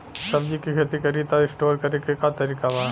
सब्जी के खेती करी त स्टोर करे के का तरीका बा?